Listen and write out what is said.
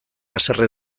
haserre